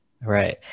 Right